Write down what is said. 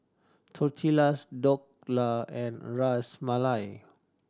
Tortillas Dhokla and Ras Malai